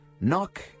Knock